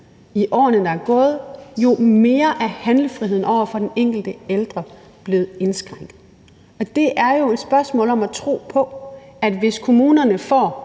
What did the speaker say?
i årene, der er gået, jo mere er handlefriheden over for den enkelte ældre blevet indskrænket. Det er jo et spørgsmål om at tro på, at hvis kommunerne får